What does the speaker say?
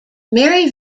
mary